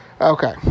Okay